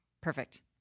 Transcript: Perfect